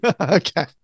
Okay